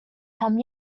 come